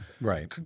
Right